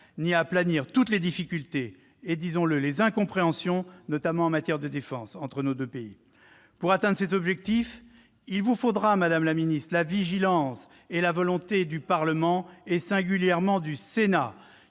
ni à aplanir toutes les difficultés et, disons-le, les incompréhensions, notamment en matière de défense, entre nos deux pays. Pour atteindre cet objectif, il vous faudra, madame la secrétaire d'État, la vigilance et la volonté du Parlement, et singulièrement celles du Sénat,